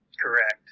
Correct